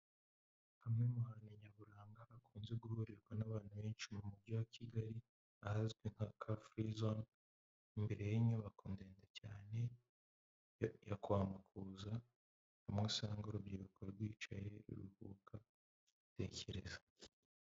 Hamwe mu hantu nyaburanga hakunze guhurirwa n'abantu benshi mu mujyi wa Kigali ahazwi nka car free zon, imbere y'inyubako ndende cyane ya kwa Makuza, ni mo usanga urubyiruko rwicaye ruruhuka rutekereza.